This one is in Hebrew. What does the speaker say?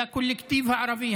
היא הקולקטיב הערבי,